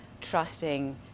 trusting